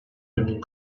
memnun